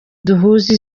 duhuze